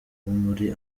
muri